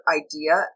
idea